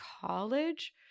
college